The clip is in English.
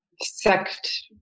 sect